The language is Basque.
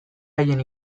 haien